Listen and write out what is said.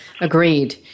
Agreed